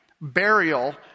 burial